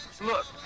Look